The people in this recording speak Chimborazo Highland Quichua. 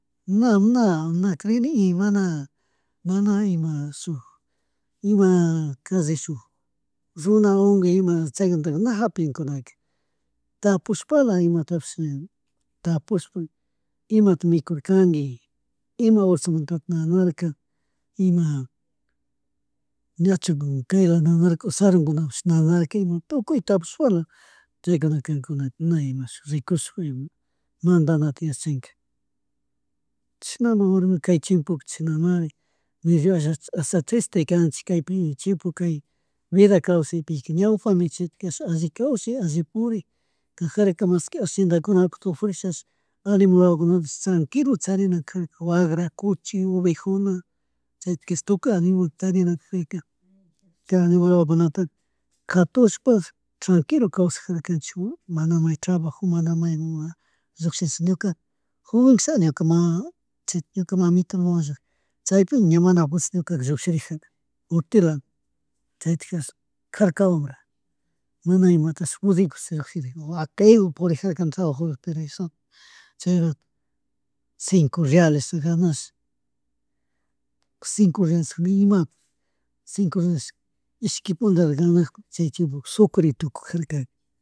Na na na crini mana ima mana shuk ima kashi shuk runa unguy chaykunata na hapinkunaka tapushkpala imatapish, tapushpa imata mikurkangui ima horasmantatananarka, ima ñachu kayla nanarka o sharunkunamush nanraka ima tukuyta tapushpala chaykunaka kankuna na ima rikush ima mandanata yachanka. Chishna ma warmiku kay chiempoka chashnamari ose triste kannchik kaypi chimpu kay vida kawsapika ñawpami chitika alli kawsha alli purik kajarka mashki aciendakunapuk tukurishashi animal wawakunapish tranquilo charinakarka wagra, cuchi, ovejuna chaytikarin tukuy animal charinakagpika animal wawakunata katushpa tranquilo kawsajarkanchik mana may trabajomana maymun lluckllish ñuka joven casha ñuka chayta ñuka mamita willak chaypi ña mana abanzas ñuka lluckllijarkani utila chaytijarish jarka wambra mana imatashi pudikusha llukshirini wakaywan purijarkani trabajumu, chay rato cinco realesta ganash, cinco reales ni imapuk, cinco reales ishki punllala ganag chay chimpoka sucre tukujarka